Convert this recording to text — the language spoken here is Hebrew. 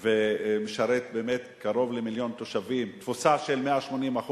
שמשרת באמת קרוב למיליון תושבים, תפוסה של 180%,